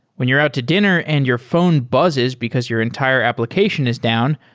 when you're out to dinner and your phone buzzes because your entire application is down,